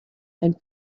and